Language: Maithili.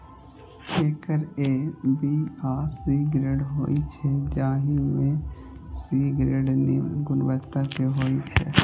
एकर ए, बी आ सी ग्रेड होइ छै, जाहि मे सी ग्रेड निम्न गुणवत्ता के होइ छै